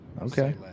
okay